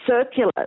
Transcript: circular